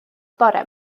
bore